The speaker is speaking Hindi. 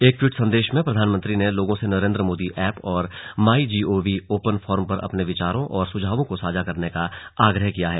एक ट्वीट संदेश में प्रधानमंत्री ने लोगों से नरेन्द्र मोदी ऐप और my G O V open forum पर अपने विचारों और सुझावों को साझा करने का आग्रह किया है